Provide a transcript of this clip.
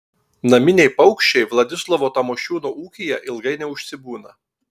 naminiai paukščiai vladislovo tamošiūno ūkyje ilgai neužsibūna